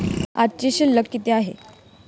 आजची शिल्लक किती आहे?